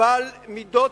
בעל מידות,